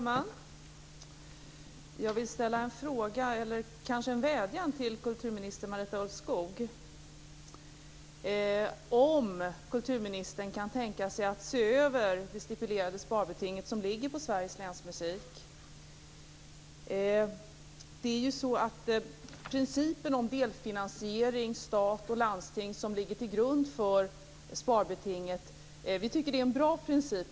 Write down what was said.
Herr talman! Jag vill rikta en vädjan till kulturminister Marita Ulvskog. Jag undrar om kulturministern kan tänka sig att se över det stipulerade sparbetinget som har ålagts Sveriges länsmusik. Principen om delfinansiering mellan stat och landsting som ligger till grund för sparbetinget är en bra princip.